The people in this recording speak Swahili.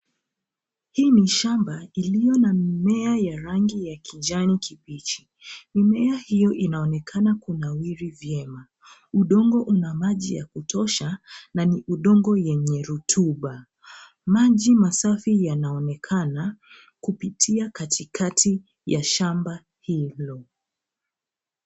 Hii i shamba iliyo na mimea ya rangi ya kijani kibichi. Mimea hiyo inaonekana kunawiri vyema. Udongo una maji ya kutosha na ni udongo yenye rotuba. Maji masafi yanaonekana kupitia katikati ya shamba hilo.